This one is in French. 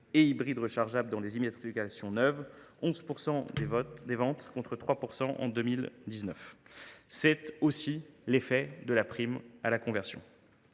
et hybrides rechargeables dans les immatriculations neuves – 11 % des ventes, contre 3 % en 2019. C’est en partie l’effet de la prime à la conversion.